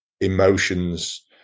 emotions